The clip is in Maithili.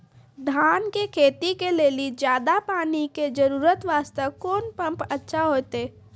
धान के खेती के लेली ज्यादा पानी के जरूरत वास्ते कोंन पम्प अच्छा होइते?